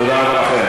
תודה רבה לכם.